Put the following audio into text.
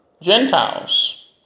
Gentiles